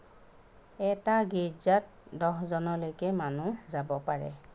এটা গীৰ্জাত দহজনলৈকে মানুহ যাব পাৰে